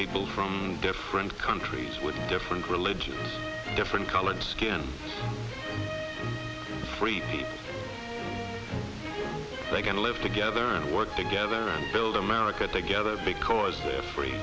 people from different countries with different religions different colored skin crazy they can live together and work together and build america together because they are fr